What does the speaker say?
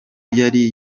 yari